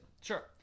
Sure